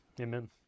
Amen